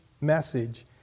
message